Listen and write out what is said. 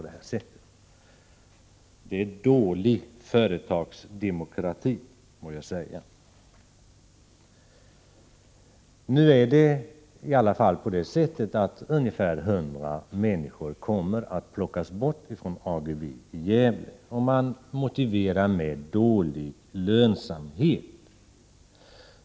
Detta är dålig företagsdemokrati, må man säga. Ungefär 100 människor kommer alltså att plockas bort från AGEVE i Gävle. Det motiveras med dålig lönsamhet.